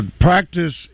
practice